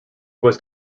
was